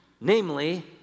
namely